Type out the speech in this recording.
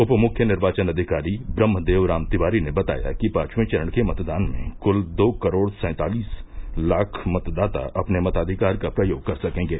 उप मुख्य निर्वाचन अधिकारी ब्रह्म देव राम तिवारी ने बताया कि पांचवें चरण के मतदान में कुल दो करोड़ सैंतालीस लाख मतदाता अपने मताधिकार का प्रयोग कर सकेंगे